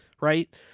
Right